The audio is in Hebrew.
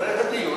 אחרי הדיון.